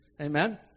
Amen